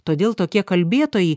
todėl tokie kalbėtojai